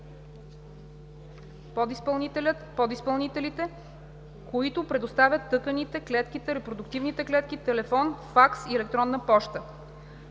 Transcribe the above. подизпълнителят/подизпълнителите, които предоставят тъканите/клетките/репродуктивните клетки, телефон, факс и електронна поща;